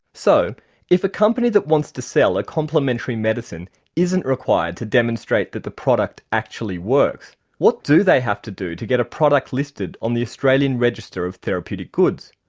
so if a company that wants to sell a complementary medicine isn't required to demonstrate that the product actually works, what do they have to do to get a product listed on the australian register of therapeutic goods?